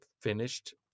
finished